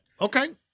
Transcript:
Okay